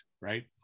right